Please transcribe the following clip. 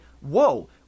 whoa